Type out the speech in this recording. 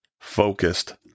focused